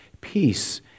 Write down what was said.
peace